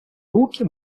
руки